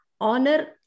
honor